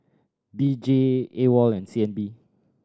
D J AWOL and C N B